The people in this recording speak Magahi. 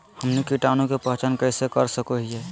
हमनी कीटाणु के पहचान कइसे कर सको हीयइ?